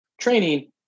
training